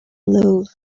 love